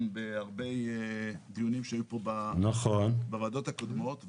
בהרבה דיונים שהיו פה בוועדות הקודמות,